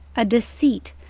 a deceit,